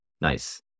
nice